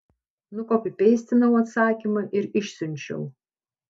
nukopipeistinau atsakymą ir išsiunčiau